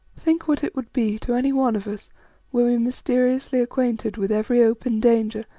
think what it would be to any one of us were we mysteriously acquainted with every open danger,